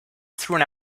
through